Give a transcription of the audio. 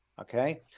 okay